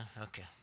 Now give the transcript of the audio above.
okay